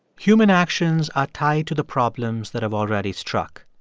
human actions are tied to the problems that have already struck.